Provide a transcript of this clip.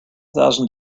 thousand